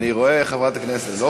ואני רואה את חברת הכנסת,